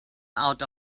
out